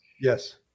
Yes